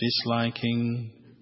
disliking